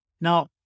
Now